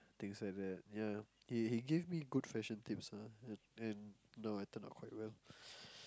things like that yeah he he give me good fashion tips ah and and now I turn out quite well